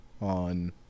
on